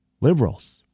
Liberals